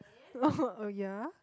lol oh ya ah